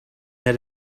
that